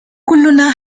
كلنا